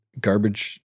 garbage